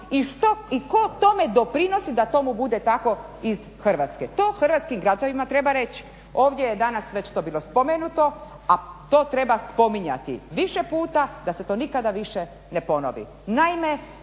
i tko tome doprinosi da tomu bude tako iz Hrvatske. To hrvatskim građanima treba reći. Ovdje je danas već to bilo spomenuto, a to treba spominjati više puta da se to nikada više ne ponovi.